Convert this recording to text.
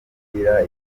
mipira